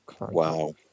Wow